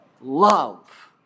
love